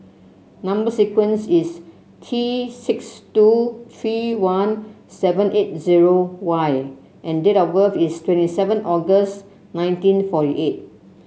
number sequence is T six two three one seven eight zero Y and date of birth is twenty seven August nineteen forty eight